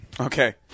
Okay